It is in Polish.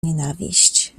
nienawiść